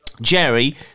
Jerry